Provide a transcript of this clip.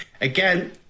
again